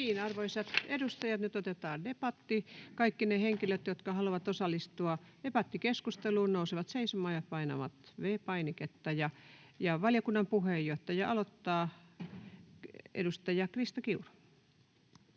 Arvoisat edustajat, nyt otetaan debatti. Kaikki ne henkilöt, jotka haluavat osallistua debattikeskusteluun, nousevat seisomaan ja painavat V-painiketta. — Valiokunnan puheenjohtaja aloittaa, edustaja Krista Kiuru.